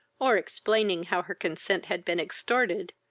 or explaining how her consent had been extorted,